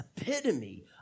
epitome